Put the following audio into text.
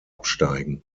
absteigen